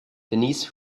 denise